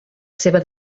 seva